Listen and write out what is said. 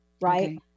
right